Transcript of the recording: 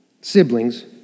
siblings